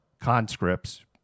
conscripts